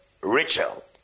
Rachel